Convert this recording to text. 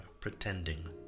pretending